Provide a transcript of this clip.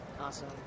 Awesome